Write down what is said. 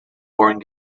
boring